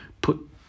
put